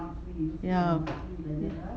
ya